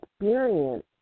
experience